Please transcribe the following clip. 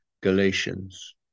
Galatians